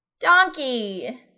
Donkey